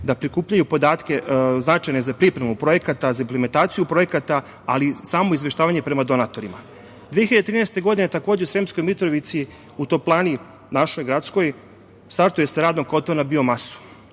da prikupljaju podatke značajne za pripremu projekata, za implementaciju projekata, ali i samo izveštavanje prema donatorima. Godine 2013. takođe u Sremskoj Mitrovici, u našoj gradskoj toplani, startuje sa radom kotao na biomasu.